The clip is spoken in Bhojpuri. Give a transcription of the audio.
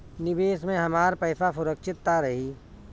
निवेश में हमार पईसा सुरक्षित त रही?